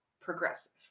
progressive